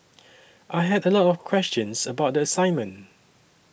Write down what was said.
I had a lot of questions about the assignment